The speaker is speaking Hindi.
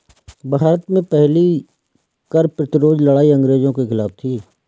भारत में पहली कर प्रतिरोध लड़ाई अंग्रेजों के खिलाफ थी